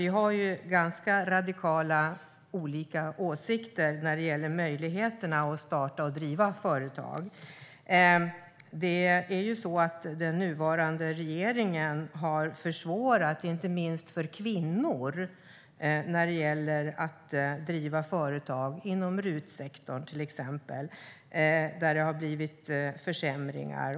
Vi har ju ganska radikalt olika åsikter om möjligheterna att starta och driva företag. Den nuvarande regeringen har försvårat inte minst för kvinnor att driva företag, till exempel inom RUT-sektorn där det har skett försämringar.